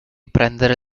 prendere